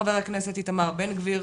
ח"כ איתמר בן גביר,